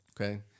Okay